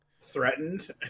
threatened